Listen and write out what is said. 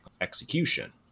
execution